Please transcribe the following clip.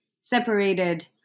separated